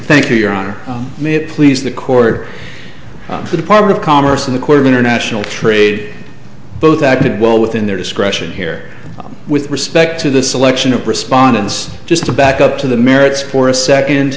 thank you your honor may it please the court the department of commerce in the court of international trade both acted well within their discretion here with respect to the selection of respondents just to back up to the merits for a second